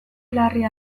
larria